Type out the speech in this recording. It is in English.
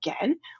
again